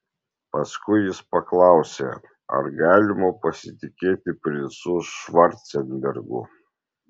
paskui jis paklausė ar galima pasitikėti princu švarcenbergu